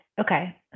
Okay